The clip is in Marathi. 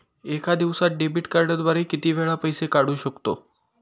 एका दिवसांत डेबिट कार्डद्वारे किती वेळा पैसे काढू शकतो?